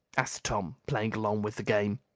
asked tom, playing along with the game.